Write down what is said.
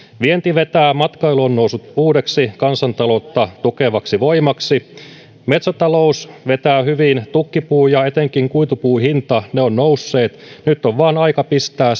vienti vetää matkailu on nousut uudeksi kansantaloutta tukevaksi voimaksi metsätalous vetää hyvin tukkipuun ja etenkin kuitupuun hinta ovat nousseet nyt vain on aika pistää